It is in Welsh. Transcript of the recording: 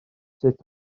sut